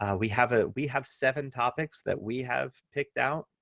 ah we have ah we have seven topics that we have picked out,